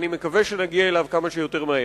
ואני מקווה שנגיע אליו כמה שיותר מהר.